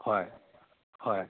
ꯍꯣꯏ ꯍꯣꯏ